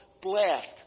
blessed